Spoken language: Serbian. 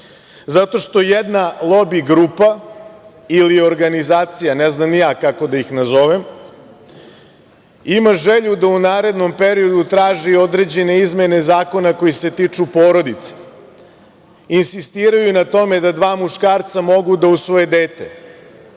Zato što jedan lobi grupa ili organizacija, ne znam ni ja kako da ih nazovem ima želju da u narednom periodu traži određene izmene zakona koji se tiču porodice, insistiraju na tome da dva muškarca mogu da usvoje dete. Mi